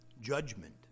judgment